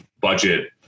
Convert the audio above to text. budget